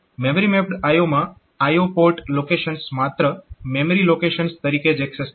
memory mapped IO માં IO port locations માત્ર memory locations તરીકે જ એક્સેસ થાય છે